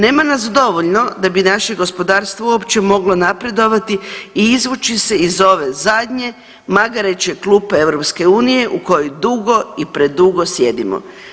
Nema nas dovoljno da bi naše gospodarstvo uopće moglo napredovati i izvući će se iz ove zadnje magareće klupe EU u kojoj dugo i predugo sjedimo.